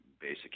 basic